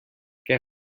què